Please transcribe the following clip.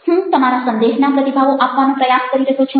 હું તમારા સંદેહના પ્રતિભાવો આપવાનો પ્રયાસ કરી રહ્યો છું